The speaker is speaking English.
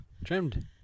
Trimmed